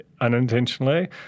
unintentionally